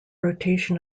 rotation